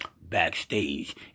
backstage